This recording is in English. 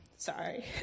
sorry